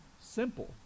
simple